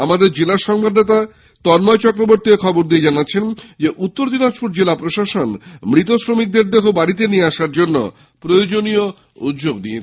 আমাদের জেলা সংবাদদাতা এই খবর দিয়ে জানাচ্ছেন উত্তর দিনাজপুর জেলা প্রশাসন মৃত শ্রমিকদের দেহ বাড়িতে নিয়ে আসার জন্য প্রয়োজনীয় উদ্যোগ নিয়েছে